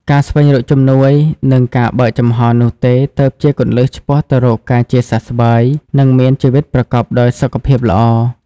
ការស្វែងរកជំនួយ និងការបើកចំហនោះទេ ទើបជាគន្លឹះឆ្ពោះទៅរកការជាសះស្បើយ និងមានជីវិតប្រកបដោយសុខភាពល្អ។